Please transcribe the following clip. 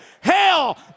Hell